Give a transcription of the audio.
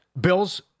Bills